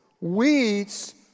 Weeds